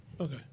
Okay